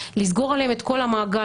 לסגור עליהם את כל המעגל,